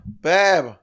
Babe